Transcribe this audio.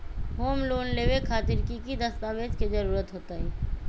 Home loan लेबे खातिर की की दस्तावेज के जरूरत होतई?